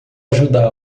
ajudá